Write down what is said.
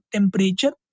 Temperature